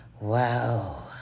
wow